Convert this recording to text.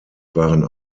waren